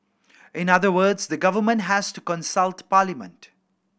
in other words the government has to consult parliament